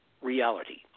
reality